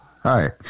Hi